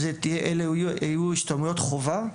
ואלה יהיו השתלמויות חובה.